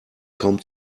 kaum